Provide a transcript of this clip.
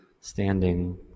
standing